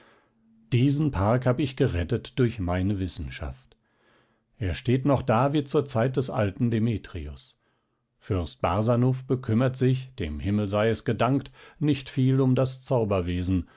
diesen park hab ich gerettet durch meine wissenschaft er steht noch da wie zur zeit des alten demetrius fürst barsanuph bekümmert sich dem himmel sei es gedankt nicht viel um das